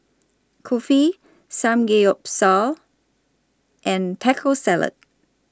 Kulfi Samgeyopsal and Taco Salad